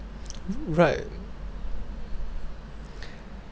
right